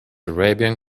arabian